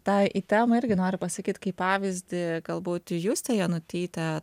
tą į temą irgi noriu pasakyt kaip pavyzdį galbūt justė jonutytė